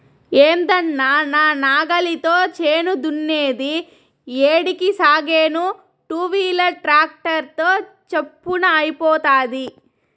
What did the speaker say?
ఏందన్నా నా నాగలితో చేను దున్నేది ఏడికి సాగేను టూవీలర్ ట్రాక్టర్ తో చప్పున అయిపోతాది